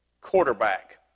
quarterback